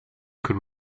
could